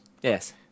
Yes